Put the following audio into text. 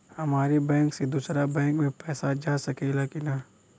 हमारे बैंक से दूसरा बैंक में पैसा जा सकेला की ना?